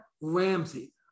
Ramsey